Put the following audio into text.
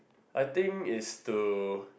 I think is to